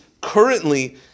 currently